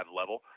level